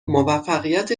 موفقیت